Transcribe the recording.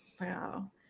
Wow